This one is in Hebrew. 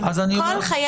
שוב,